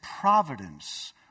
providence